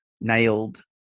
nailed